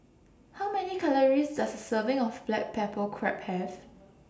How Many Calories Does A Serving of Black Pepper Crab Have